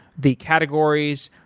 the categories,